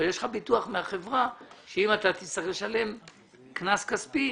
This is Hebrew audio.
אבל יש לך ביטוח מהחברה שאם אתה תצטרך לשלם קנס כספי,